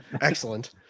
Excellent